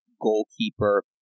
goalkeeper